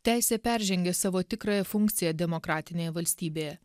teisė peržengia savo tikrąją funkciją demokratinėje valstybėje